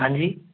हाँ जी